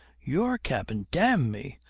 your cabin! d n me!